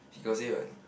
he got say what